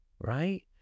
right